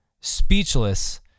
speechless